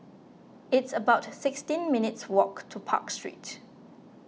it's about sixteen minutes' walk to Park Street